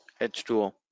h2o